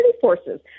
forces